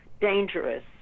dangerous